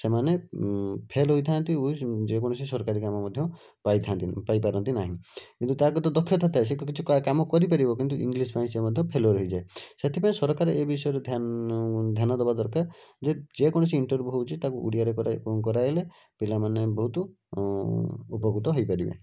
ସେମାନେ ଫେଲ୍ ହୋଇଥାନ୍ତି ଯେକୌଣସି ସରକାରୀ କାମ ମଧ୍ୟ ପାଇ ଥାନ୍ତିନି ପାଇପାରନ୍ତିନାହିଁ କିନ୍ତୁ ତା କତିରେ ଦକ୍ଷତା ଥାଏ ସେ ତ କିଛି କାମ କରିପାରିବ କିନ୍ତୁ ଇଂଲିଶ୍ ପାଇଁ ସେ ମଧ୍ୟ ଫେଲୁଅର୍ ହୋଇଯାଏ ସେଥିପାଇଁ ସରକାର ଏ ବିଷୟରେ ଧ୍ୟାନ ଧ୍ୟାନ ଦେବା ଦରକାର ଯେ ଯେକୌଣସି ଇଣ୍ଟର୍ଭିଉ ହେଉଛି ତାକୁ ଓଡ଼ିଆରେ କରାଇଲେ ପିଲାମାନେ ବହୁତ ଉପକୃତ ହୋଇପାରିବେ